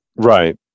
right